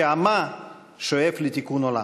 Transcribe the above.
שעמה שואף לתיקון עולם.